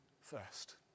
first